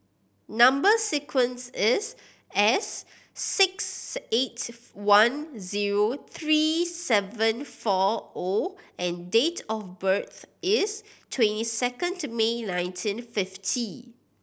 number sequence is S six eight one zero three seven four O and date of birth is twenty second May nineteen fifty